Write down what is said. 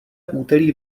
úterý